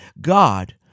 God